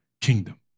kingdom